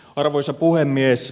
arvoisa puhemies